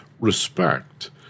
respect